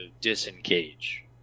disengage